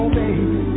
baby